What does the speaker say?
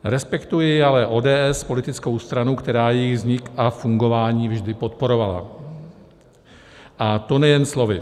Respektuji ale ODS, politickou stranu, která jejich vznik a fungování vždy podporovala, a to nejen slovy.